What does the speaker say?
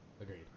agreed